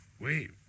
wait